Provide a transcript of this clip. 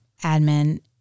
admin